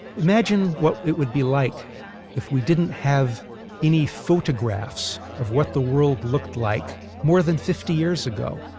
imagine what it would be like if we didn't have any photographs of what the world looked like more than fifty years ago.